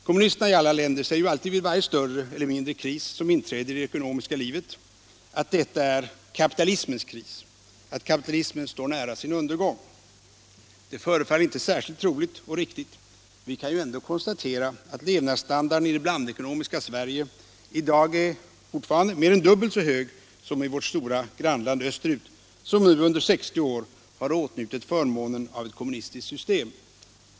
Kommunisterna i alla länder säger alltid vid varje större eller mindre kris som inträder i det ekonomiska livet att det är ”kapitalismens kris” och att kapitalismen står nära sin undergång. Det förefaller inte särskilt troligt och riktigt. Vi kan ju ändå konstatera att levnadsstandarden i det blandekonomiska Sverige i dag fortfarande är mer än dubbelt så hög som i vårt stora grannland österut, som nu under 60 år har åtnjutit förmånerna av ett kommunistiskt system.